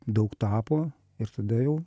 daug tapo ir tada jau